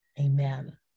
Amen